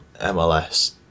MLS